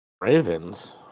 Ravens